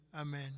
amen